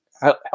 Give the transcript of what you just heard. Help